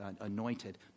anointed